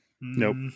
Nope